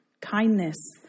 kindness